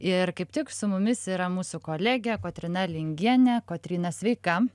ir kaip tik su mumis yra mūsų kolegė kotryna lingienė kotryna sveika